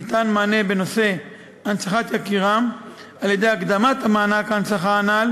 ניתן מענה בנושא הנצחת זכר יקירם על-ידי הקדמת מענק ההנצחה הנ"ל